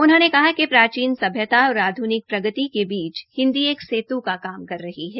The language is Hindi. उन्होंने कहा कि प्राचीन सभ्यता और आध्निक प्रगति की बीच हिन्दी एक सेत् का काम कर रही है